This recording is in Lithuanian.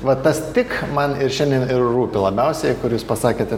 va tas tik man ir šiandien ir rūpi labiausiai kur jūs pasakėte tuo tarpu ne